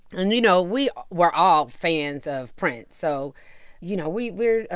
and, you know, we were all fans of prince. so you know, we were,